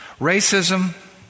Racism